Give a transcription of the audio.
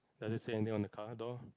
does it say anything on the car door